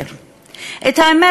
את האמת,